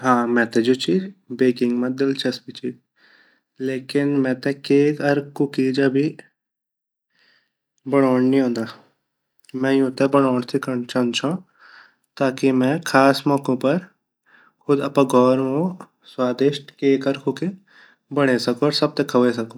हाँ मेते जु ची बेकिंग मा दिलचस्पी ची लेकिन मेते केक अर कूकीज अभी बड़ोंड नी औंदा मै युते बडोड़ सीखंड चांदू छों ताकि मैं ख़ास मोकु पर खुद अपरा घोर मु केक अर कुकी बैंड सकू अर सब ते खवे सकू।